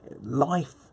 life